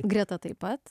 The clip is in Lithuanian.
greta taip pat